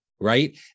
Right